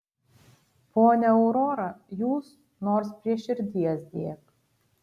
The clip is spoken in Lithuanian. ponia aurora jūs nors prie širdies dėk